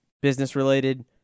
business-related